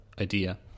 idea